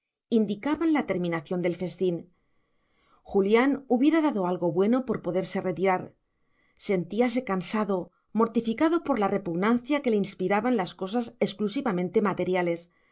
indicaban la terminación del festín julián hubiera dado algo bueno por poderse retirar sentíase cansado mortificado por la repugnancia que le inspiraban las cosas exclusivamente materiales